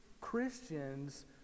christians